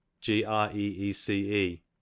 g-r-e-e-c-e